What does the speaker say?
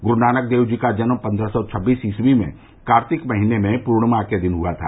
गुरू नानक देव जी का जन्म पन्द्रह सौ छबीस ईसवी में कार्तिक महीने में पूर्णिमा के दिन हुआ था